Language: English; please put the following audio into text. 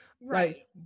Right